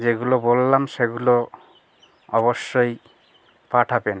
যেগুলো বললাম সেগুলো অবশ্যই পাঠাবেন